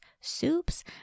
soups